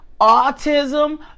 autism